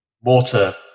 water